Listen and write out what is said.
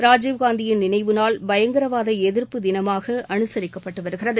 ராஜீவ்னந்தியின் நினைவு நாள் பயங்கரவாத எதிர்ப்பு தினமாக அனுசரிக்கப்பட்டு வருகிறது